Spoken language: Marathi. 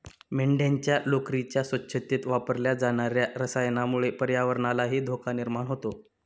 मेंढ्यांच्या लोकरीच्या स्वच्छतेत वापरल्या जाणार्या रसायनामुळे पर्यावरणालाही धोका निर्माण होतो